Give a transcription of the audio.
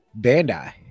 Bandai